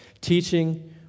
teaching